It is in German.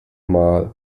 mal